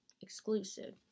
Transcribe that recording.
exclusive